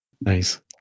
nice